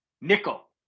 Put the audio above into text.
Nickel